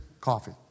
Coffee